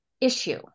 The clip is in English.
issue